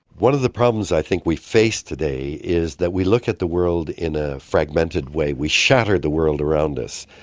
one of the problems i think we face today is that we look at the world in a fragmented way. we shatter the world around us,